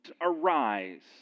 arise